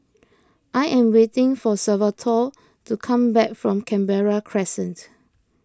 I am waiting for Salvatore to come back from Canberra Crescent